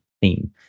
theme